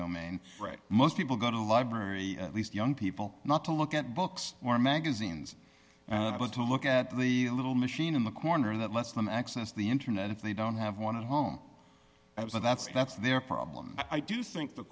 right most people go to a library at least young people not to look at books or magazines but to look at the little machine in the corner that lets them access the internet if they don't have one at home that's that's their problem i do think the